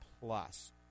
Plus